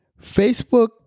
facebook